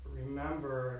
remember